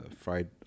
fried